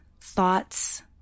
thoughts